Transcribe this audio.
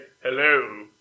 Hello